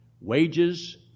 Wages